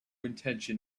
intention